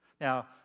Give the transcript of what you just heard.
Now